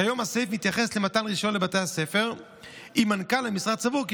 כיום הסעיף מתייחס למתן רישיון לבתי הספר אם מנכ"ל המשרד סבור כי